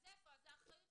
אז איפה, אז האחריות